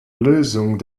lösung